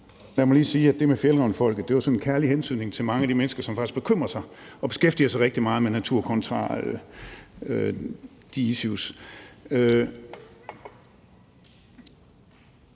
Lad mig lige sige, at det med Fjällrävenfolket var sådan en kærlig hentydning til mange af de mennesker, som faktisk bekymrer sig og beskæftiger sig rigtig meget med natur. Og så